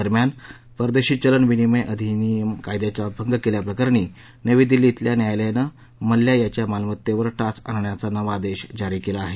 दरम्यान परदेशी चलन विनिमय अधिनियम कायद्याचा भंग केल्याप्रकरणी नवी दिल्ली इथल्या न्यायालयानं मल्ल्या याच्या मालमत्तेवर टाच आणण्याचा नवा आदेश जारी केला आहे